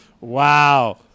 Wow